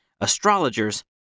astrologers